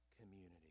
community